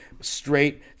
straight